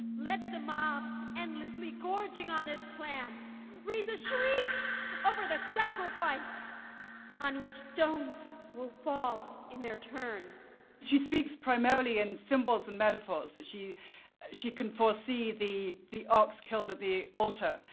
let the mob endlessly gorging on this clan raise a shriek over the sacrifice on which stones will fall in their turn she speaks primarily in symbols and metaphors. but she she can foresee the the ox killed at the altar.